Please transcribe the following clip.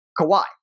Kawhi